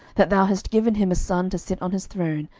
that thou hast given him a son to sit on his throne,